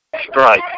Strike